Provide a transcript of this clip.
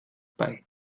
bei